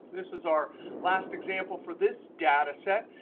this is our last example for this data set.